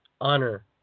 Honor